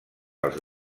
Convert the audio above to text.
els